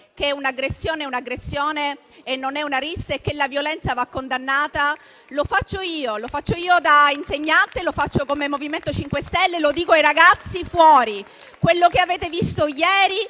che un'aggressione è un'aggressione e non è una rissa e che la violenza va condannata. Lo faccio io, da insegnante, e lo faccio come MoVimento 5 Stelle. Lo dico ai ragazzi fuori: quello che avete visto ieri